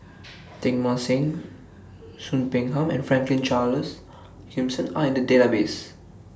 Teng Mah Seng Soon Peng Ham and Franklin Charles Gimson Are in The Database